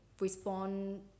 respond